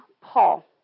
Paul